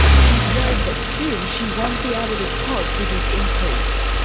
she's worried that soon she won't be able to cope with this increase.